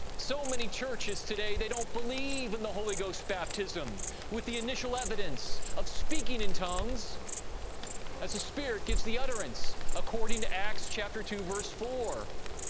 so many churches today, they don't believe in the holy ghost baptism with the initial evidence of speaking in tongues as the spirit gives the utterance according to acts chapter two, verse four.